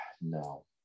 no